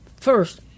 First